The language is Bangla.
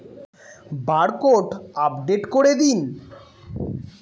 বারকোড আপডেট করে দিন?